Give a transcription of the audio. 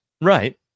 right